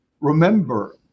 remember